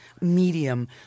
medium